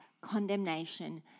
condemnation